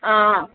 ஆ ஆ